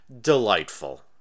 delightful